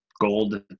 gold